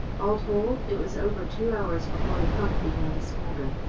all told, it was over two hours before the punk began to smolder.